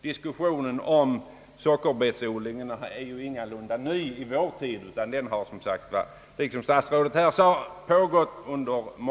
Diskussionen om sockerbetsodlingen är alltså ingalunda ny för vår tid, utan den har pågått under många år, såsom statsrådet sade.